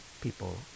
people